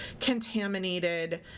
contaminated